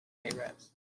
arabs